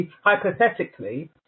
hypothetically